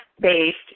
based